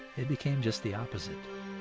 it became just the opposite.